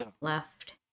left